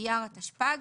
באייר התשפ"ג,